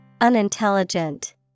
unintelligent